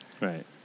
Right